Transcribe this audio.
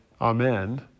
amen